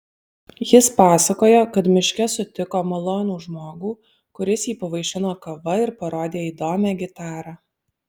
jis pasakojo kad miške sutiko malonų žmogų kuris jį pavaišino kava ir parodė įdomią gitarą